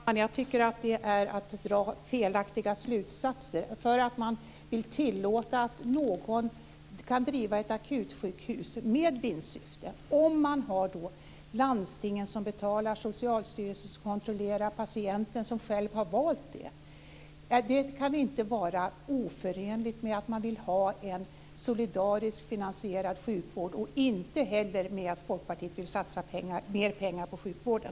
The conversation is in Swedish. Fru talman! Jag tycker att det är att dra felaktiga slutsatser. Om man vill tillåta att någon kan driva ett akutsjukhus med vinstsyfte om man har landstingen som betalar, Socialstyrelsen som kontrollerar och patienten som själv har valt det, kan det inte vara oförenligt med att man vill ha en solidariskt finansierad sjukvård och inte heller med att Folkpartiet vill satsa mer pengar på sjukvården.